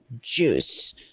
juice